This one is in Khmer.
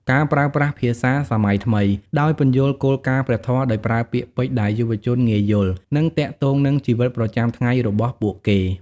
ការប្រើប្រាស់ភាសាសម័យថ្មី ដោយពន្យល់គោលការណ៍ព្រះធម៌ដោយប្រើពាក្យពេចន៍ដែលយុវជនងាយយល់ និងទាក់ទងនឹងជីវិតប្រចាំថ្ងៃរបស់ពួកគេ។